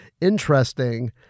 interesting